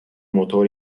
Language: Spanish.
motor